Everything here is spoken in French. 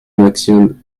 maximum